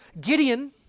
Gideon